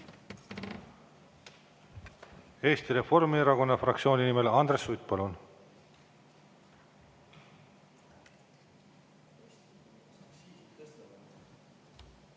Eesti Reformierakonna fraktsiooni nimel Andres Sutt.